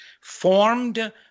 formed